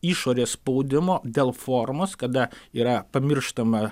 išorės spaudimo dėl formos kada yra pamirštama